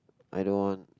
I don't want